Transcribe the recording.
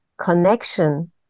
connection